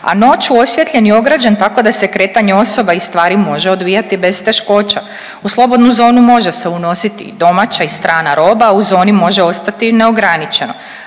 a noću osvjetljen i ograđen tako da se kretanje osoba i stvari može odvijati bez teškoća. U slobodnu zonu može se unositi i domaća i strana roba. U zoni može ostati neograničeno.